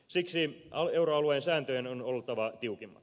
siksi euroalueen sääntöjen on oltava tiukimmat